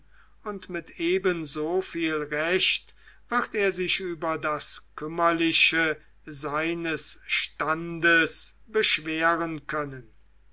und mit ebensoviel recht wird er sich über das kümmerliche seines standes beschweren können